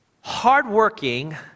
hardworking